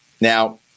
Now